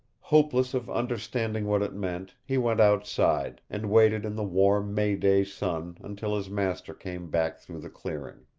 hopeless of understanding what it meant, he went outside, and waited in the warm may-day sun until his master came back through the clearing.